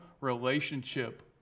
relationship